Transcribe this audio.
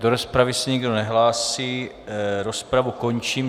Do rozpravy se nikdo nehlásí, rozpravu končím.